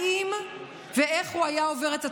האם ואיך הוא היה עובר את התקופה.